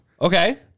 Okay